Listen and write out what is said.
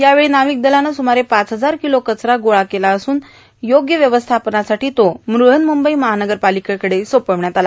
या वेळी नर्ाावक दलानं सुमारे पाच हजार किलो कचरा गोळा केला करून योग्य व्यवस्थापनासाठी हा कचरा बृहन्मुंबई महार्पाालकेकडे सोपवण्यात आला